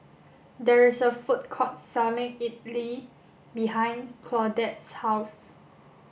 there is a food court selling Idili behind Claudette's house